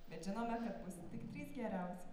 bet žinome kad bus tik trys geriausi